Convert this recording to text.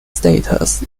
status